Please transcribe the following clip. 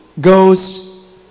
goes